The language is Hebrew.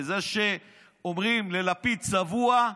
בזה שאומרים ללפיד "צבוע",